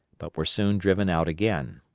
but were soon driven out again.